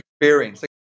experience